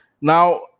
Now